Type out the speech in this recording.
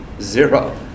zero